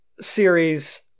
series